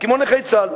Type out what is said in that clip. כמו נכי צה"ל.